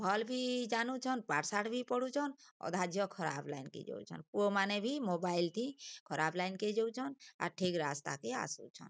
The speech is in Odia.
ଭଲ୍ ବି ଜାନୁଛନ୍ ପାଠସାଠ ବି ପଢୁଛନ୍ ଅଧା ଝିଅ ଖରାପ ଲାଇନ୍ କି ଯାଉଛନ୍ ପୁଅମାନେ ବି ମୋବାଇଲ୍ ଥି ଖରାପ ଲାଇନ୍ କି ଯାଉଛନ୍ ଆର ଠିକ୍ ରାସ୍ତାକେ ଆସୁଛନ୍